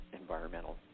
environmental